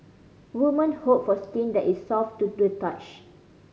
woman hope for skin that is soft to the touch